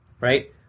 right